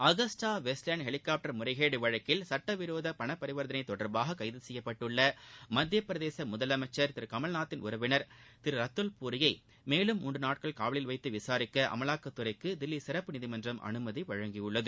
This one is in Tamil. அகஸ்டா வெஸ்ட்லேண்ட் ஹெலிகாப்டர் முறைகேடு வழக்கில் சட்ட விரோத பண பரிவர்த்தனை தொடர்பாக கைது செய்யப்பட்டுள்ள மத்தியப் பிரதேச முதலமைச்சர் திரு கமல்நாத்தின் உறவினர் திரு ரத்துல் பூரியை மேலும் மூன்று நாட்கள் காவலில் வைத்து விசாரிக்க அமலாக்கத்துறைக்கு தில்லி சிறப்பு நீதிமன்றம் அனுமதி அளித்துள்ளது